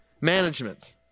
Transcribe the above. management